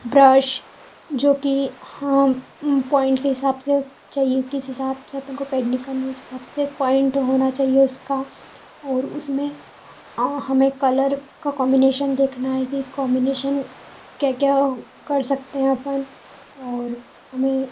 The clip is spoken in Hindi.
ब्रश जो कि हाम पॉइंट के हिसाब से चाहिए किस हिसाब से अपन को पेंटिंग करनी है उस हिसाब से पॉइंट होना चाहिए उसका और उसमें हमें कलर का कॉम्बिनेशन देखना है कि कॉम्बिनेशन क्या क्या कर सकते हैं अपन और हमें